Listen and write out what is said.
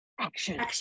Action